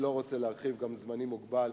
אני לא רוצה להרחיב, וגם זמני מוגבל.